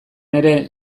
ere